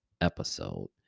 episode